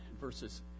verses